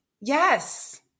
Yes